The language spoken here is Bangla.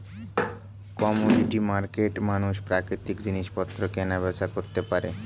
কমোডিটি মার্কেটে মানুষ প্রাকৃতিক জিনিসপত্র কেনা বেচা করতে পারে